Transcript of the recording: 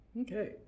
Okay